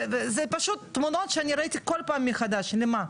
וזה פשוט תמונות שאני ראיתי כל פעם מחדש למה?